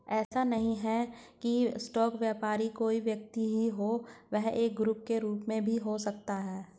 ऐसा नहीं है की स्टॉक व्यापारी कोई व्यक्ति ही हो वह एक ग्रुप के रूप में भी हो सकता है